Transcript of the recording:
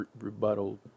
rebuttal